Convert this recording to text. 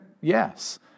Yes